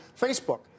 Facebook